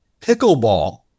pickleball